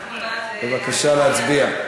בבקשה להצביע.